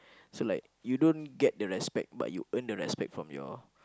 so like you don't get the respect but you earn the respect from your